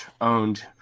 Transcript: owned